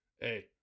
Hey